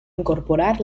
incorporar